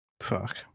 Fuck